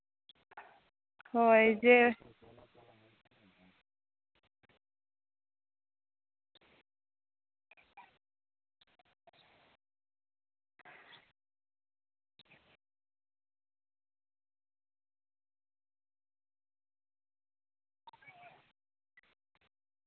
ᱦᱳᱭ ᱡᱮ